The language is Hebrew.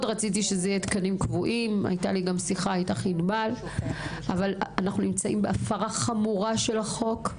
מאוד רציתי שהם יהיו תקנים קבועים ואנחנו נמצאים בהפרה חמורה של החוק.